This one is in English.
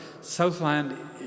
Southland